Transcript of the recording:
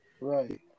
right